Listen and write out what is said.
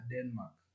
Denmark